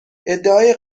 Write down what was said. ادعای